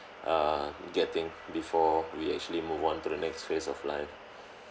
err getting before we actually move on to the next phase of life